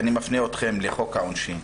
אני מפנה אתכם לחוק העונשין.